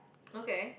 okay